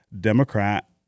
Democrat